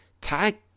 tag